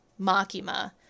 Makima